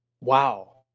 wow